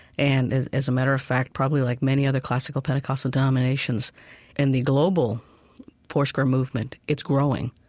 and as as a matter of fact, probably, like many other classical pentecostal denominations and the global foursquare movement, it's growing.